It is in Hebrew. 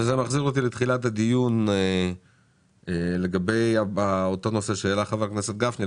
וזה מחזיר אותי לתחילת הדיון לגבי הנושא שהעלה חבר הכנסת גפני,